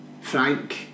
Frank